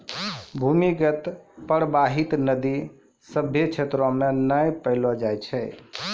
भूमीगत परबाहित नदी सभ्भे क्षेत्रो म नै पैलो जाय छै